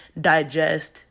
digest